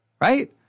right